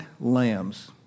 lambs